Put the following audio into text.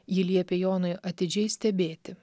ji liepė jonui atidžiai stebėti